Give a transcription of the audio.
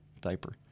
diaper